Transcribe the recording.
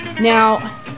Now